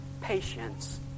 patience